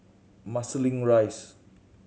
Marsiling Rise